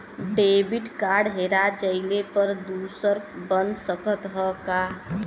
Debit card हेरा जइले पर दूसर बन सकत ह का?